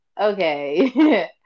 okay